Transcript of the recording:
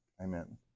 Amen